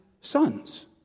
sons